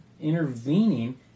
intervening